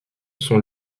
sont